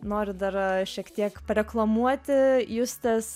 noriu dar šiek tiek pareklamuoti justės